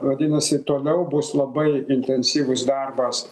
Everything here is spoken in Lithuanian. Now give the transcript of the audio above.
vadinasi toliau bus labai intensyvus darbas